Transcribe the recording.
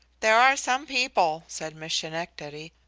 there are some people, said miss schenectady,